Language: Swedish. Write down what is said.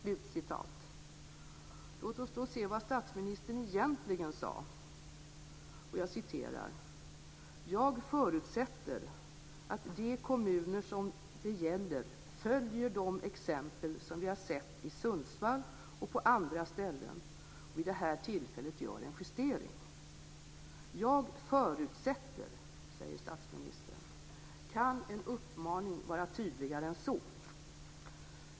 Låt oss då se vad statsministern egentligen sade: "Jag förutsätter att de kommuner som det gäller följer de exempel som vi har sett i Sundsvall och på andra ställen och vid det här tillfället gör en justering." "Jag förutsätter", säger statsministern. Kan en uppmaning vara tydligare än så?